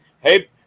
hey